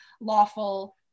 Lawful